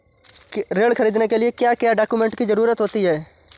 ऋण ख़रीदने के लिए क्या क्या डॉक्यूमेंट की ज़रुरत होती है?